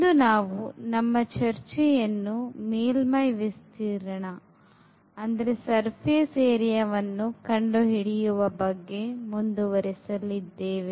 ಇಂದು ನಾವು ನಮ್ಮ ಚರ್ಚೆಯನ್ನು ಮೇಲ್ಮೈ ವಿಸ್ತೀರ್ಣವನ್ನು ಕಂಡು ಹಿಡಿಯುವ ಬಗ್ಗೆ ಮುಂದುವರಿಸಲಿದ್ದೇವೆ